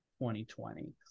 2020